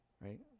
Right